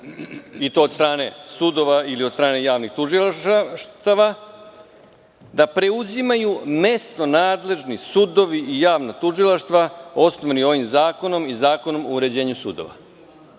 i to od strane sudova ili od strane javnih tužilaštava, da preuzimaju mesto nadležni sudovi i javna tužilaštva osnovani ovim zakonom i Zakonom o uređenju sudova. To